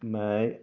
ਮੈਂ